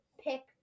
pick